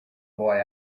boy